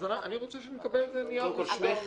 אז אני רוצה שנקבל נייר מסודר.